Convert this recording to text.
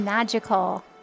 Magical